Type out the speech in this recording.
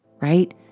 right